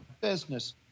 business